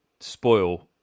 spoil